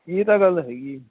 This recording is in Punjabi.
ਇਹ ਤਾਂ ਗੱਲ ਹੈਗੀ ਏ ਜੀ